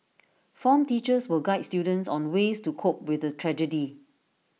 form teachers will guide students on ways to cope with the tragedy